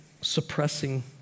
suppressing